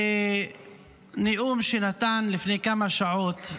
בנאום שנתן לפני כמה שעות,